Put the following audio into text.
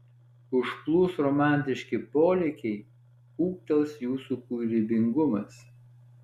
užplūs romantiški polėkiai ūgtels jūsų kūrybingumas